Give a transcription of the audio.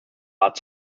art